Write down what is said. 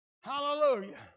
Hallelujah